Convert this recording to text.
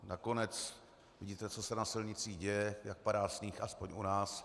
Nakonec vidíte, co se na silnicích děje, jak padá sníh, aspoň u nás.